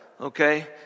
Okay